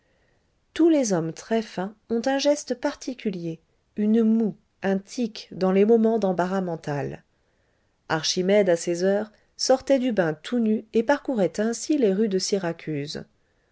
tous les hommes très fins ont un geste particulier une moue un tic dans les moments d'embarras mental archimède à ces heures sortait du bain tout nu et parcourait ainsi les rues de syracuse